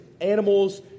animals